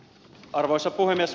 arvoisa puhemies